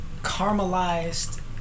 caramelized